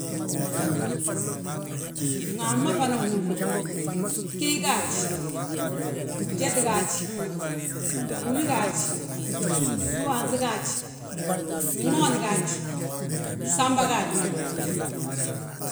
Gmaan ma hana nhúrni, ghii gaaj, gyeti gaaj, bbolu gaaj, dúhaanŧi gaaj, gmoon gaaj, gsamba gaaji ma.